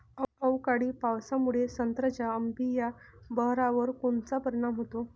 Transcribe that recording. अवकाळी पावसामुळे संत्र्याच्या अंबीया बहारावर कोनचा परिणाम होतो?